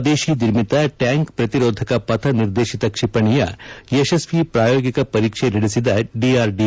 ಸ್ವದೇಶಿ ನಿರ್ಮಿತ ಟ್ಯಾಂಕ್ ಪ್ರತಿರೋಧಕ ಪಥ ನಿರ್ದೇಶಿತ ಕ್ಷಿಪಣಿಯ ಯಶಸ್ವಿ ಪ್ರಾಯೋಗಿಕ ಪರೀಕ್ಷೆ ನಡೆಸಿದ ಡಿಆರ್ಡಿಒ